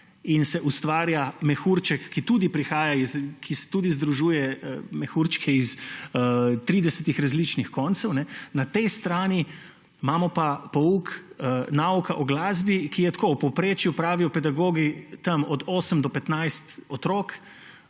in se ustvarja mehurček, ki tudi združuje mehurčke iz tridesetih različnih koncev; na tej strani imamo pa pouk nauka o glasbi, kjer je v povprečju, tako pravijo pedagogi, od 8 do 15 otrok